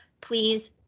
please